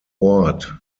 ort